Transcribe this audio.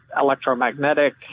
electromagnetic